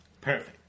Perfect